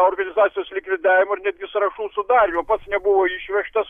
organizacijos likvidavimo ir netgi sąrašų sudarymo pats nebuvo išvežtas